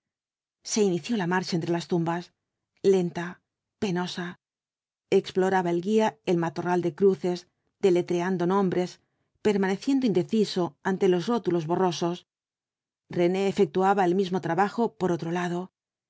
se inició la marcha entre las tumbas lenta penosa exploraba el guía el matorral de cruces deletreando nombres permaneciendo indeciso ante los rótulos borrosos rene efectuaba el mismo trabajo por otro lado